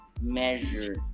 measure